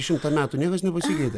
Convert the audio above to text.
šimtą metų niekas nepasikeitė